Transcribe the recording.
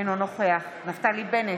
אינו נוכח נפתלי בנט,